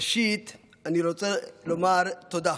ראשית אני רוצה לומר תודה.